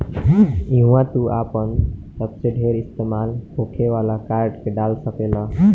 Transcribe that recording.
इहवा तू आपन सबसे ढेर इस्तेमाल होखे वाला कार्ड के डाल सकेल